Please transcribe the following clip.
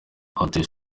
batewe